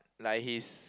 like his